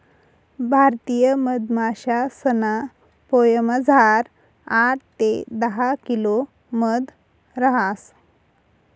भारतीय मधमाशासना पोयामझार आठ ते दहा किलो मध रहास